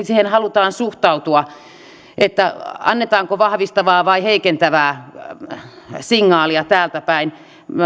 siihen halutaan suhtautua että annetaanko vahvistavaa vai heikentävää signaalia täältä päin